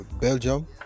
Belgium